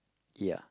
ya